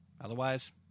Otherwise